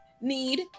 need